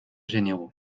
généraux